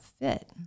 fit